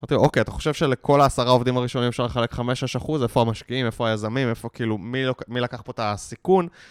אמרתי לו, אוקיי, אתה חושב שלכל העשרה עובדים הראשונים אפשר לחלק 5-6 אחוז? איפה המשקיעים? איפה היזמים? איפה כאילו מי לקח פה את הסיכון?